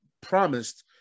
promised